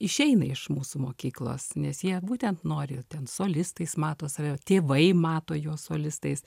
išeina iš mūsų mokyklos nes jie būtent nori ten solistais mato save tėvai mato juos solistais